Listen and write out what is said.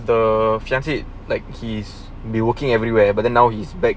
the fiance like he's be working everywhere but now he's back